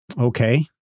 Okay